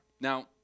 Now